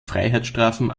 freiheitsstrafen